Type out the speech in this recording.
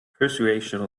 persuasion